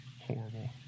horrible